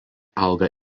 auga